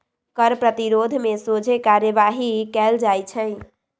कर प्रतिरोध में सोझे कार्यवाही कएल जाइ छइ